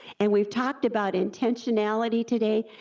and we've talked about intentionality today,